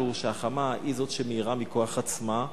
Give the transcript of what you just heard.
הוא שהחמה היא זאת שמאירה מכוח עצמה,